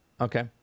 Okay